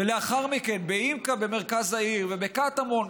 ולאחר מכן בימק"א במרכז העיר ובקטמון.